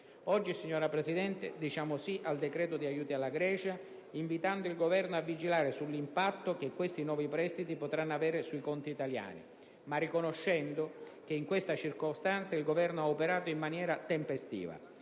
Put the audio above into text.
Oggi, signora Presidente, diciamo sì al decreto di aiuti alla Grecia, invitando l'Esecutivo a vigilare sull'impatto che questi nuovi prestiti potranno avere sui conti italiani, ma riconoscendo che in questa circostanza il Governo ha operato in maniera tempestiva.